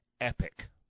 epic